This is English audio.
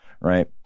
right